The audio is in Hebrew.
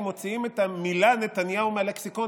אם מוציאים את המילה "נתניהו" מהלקסיקון,